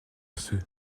osseux